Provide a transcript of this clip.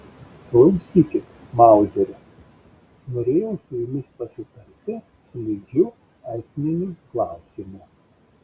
klausykit mauzeri norėjau su jumis pasitarti slidžiu etniniu klausimu